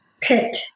pit